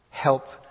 Help